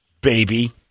baby